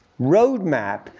roadmap